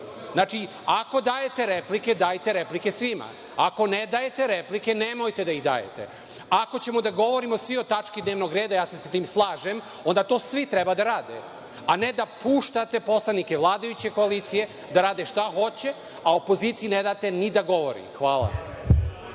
Znači, ako dajete replike, dajte replike svima, ako ne dajete replike, nemojte da ih dajete. Ako ćemo da govorimo svi o tački dnevnog reda, ja se sa tim slažem, onda to svi treba da radimo, a ne da puštate poslanike vladajuće koalicije da rade šta hoće, a opoziciji ne date ni da govori. Hvala